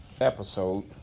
episode